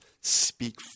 speak